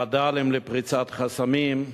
ועדה לפריצת חסמים,